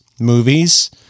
movies